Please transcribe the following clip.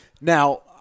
now